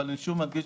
אני שוב מדגיש,